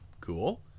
Cool